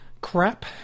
crap